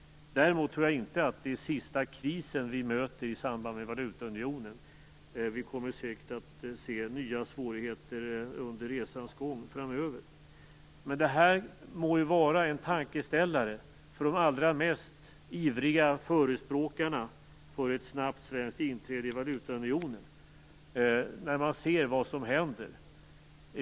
Däremot tror jag inte att det är sista krisen vi möter i samband med valutaunionen. Vi kommer säkert att se nya svårigheter under resans gång, framöver. Men det må ju vara en tankeställare för de allra mest ivriga förespråkarna för ett snabbt svenskt inträde i valutaunionen, när man ser vad som händer.